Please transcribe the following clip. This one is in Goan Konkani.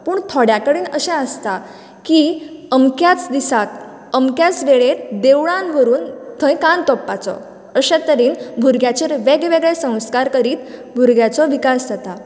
पूण थोड्या कडेन पूण अशें आसता की अमक्याच दिसांक अमक्याच वेळार देवळान व्हरुन कान तोपपाचे अश्या तरेन भुरग्याचो वेगवेगळो संस्कार करीत भुरग्याचो विकास जाता